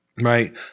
right